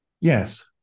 Yes